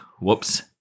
whoops